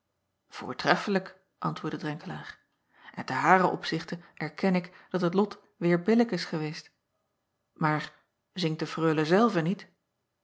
oortreflijk antwoordde renkelaer en te haren opzichte erken ik dat het lot weêr billijk is geweest aar zingt de reule zelve niet